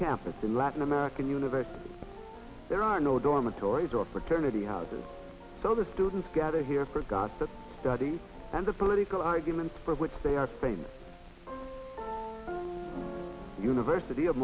campus in latin american university there are no dormitories or fraternity houses so the students gather here forgot the study and the political argument for which they are famous university of